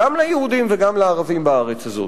גם ליהודים וגם לערבים בארץ הזאת.